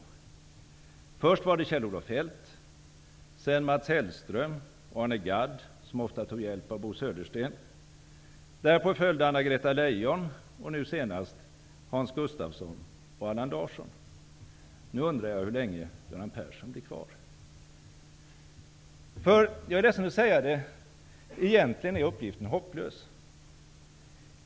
Först var det Kjell-Olof Feldt, sedan Mats Hellström och Arne Gadd, som ofta tog hjälp av Bo Södersten. Därpå följde Anna-Greta Leijon och nu senast Hans Gustafsson och Allan Larsson. Nu undrar jag hur länge Göran Persson blir kvar. Jag är ledsen att behöva säga det, men egentligen är uppgiften hopplös.